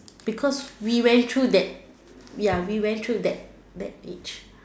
because we went through that ya we went through that that age